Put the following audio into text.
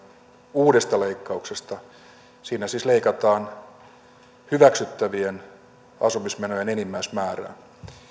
uudesta leikkauksesta siinä siis leikataan hyväksyttävien asumismenojen enimmäismäärää